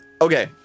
okay